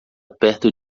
perto